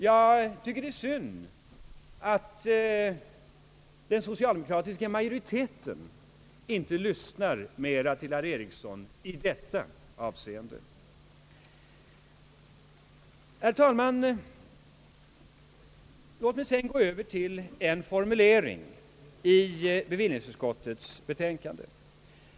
Jag tycker det är synd att den socialdemokratiska majoriteten inte lyssnar mera på herr Ericsson i detta avseende. Herr talman, låt mig sedan gå över till en alldeles särskild formulering i bevillningsutskottets betänkande.